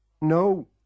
No